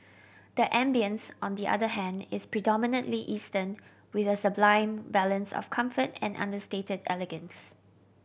the ambience on the other hand is predominantly Eastern with a sublime balance of comfort and understated elegance